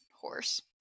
horse